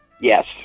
Yes